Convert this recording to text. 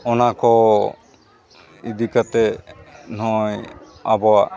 ᱚᱱᱟ ᱠᱚ ᱤᱫᱤ ᱠᱟᱛᱮᱫ ᱱᱚᱜᱼᱚᱭ ᱟᱵᱚᱣᱟᱜ